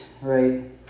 right